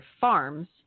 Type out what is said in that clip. farms